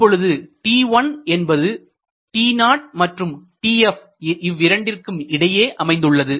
இப்பொழுது t1 என்பது t0 மற்றும் tf இவ்விரண்டிற்கும் இடையே அமைந்துள்ளது